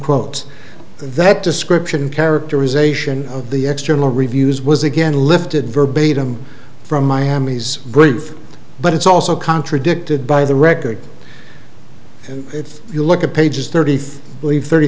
quotes that description characterization of the external reviews was again lifted verbatim from miami's brief but it's also contradicted by the record and if you look at pages thirty three believe thirty